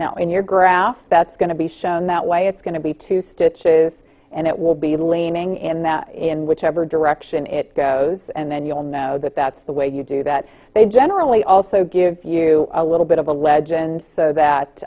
now in your graft that's going to be shown that way it's going to be two stitches and it will be leaning in that in whichever direction it goes and then you'll know that that's the way you do that they generally also give you a little bit of a legend so that